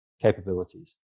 capabilities